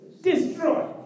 destroy